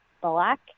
black